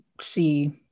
see –